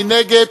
מי נגד?